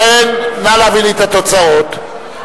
ובכן, נא להביא לי את התוצאות ולצלצל.